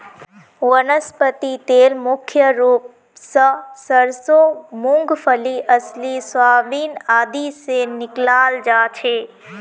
वनस्पति तेल मुख्य रूप स सरसों मूंगफली अलसी सोयाबीन आदि से निकालाल जा छे